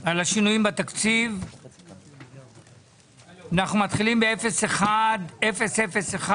שינויים בתקציב לשנת 2023. פנייה 01001 01001,